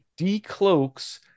decloaks